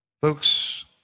Folks